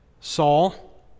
Saul